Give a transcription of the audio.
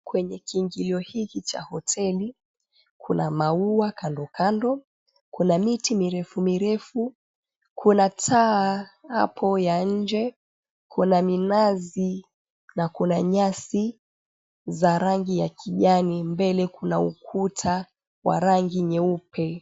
Kwenye kiingilio hiki cha hoteli, kuna maua kando kando, kuna miti mirefu mirefu, kuna taa hapo ya nje, kuna minazi na kuna nyasi za rangi za kijani, mbele kuna ukuta wa rangi nyeupe.